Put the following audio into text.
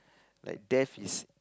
like death is